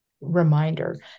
reminder